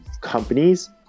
companies